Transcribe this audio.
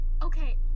Okay